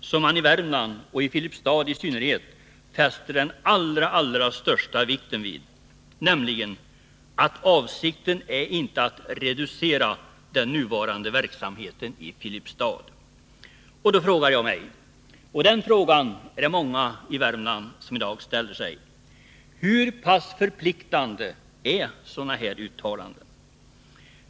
som man i företaget Wasa Värmland, och i Filipstad i synnerhet, fäster den allra största vikten vid, bröd nämligen: ”Avsikten är inte att reducera den nuvarande verksamheten i Då frågar jag, och de frågorna är det rätt många i Värmland som i dag ställer: Hur pass förpliktande är sådana här uttalanden?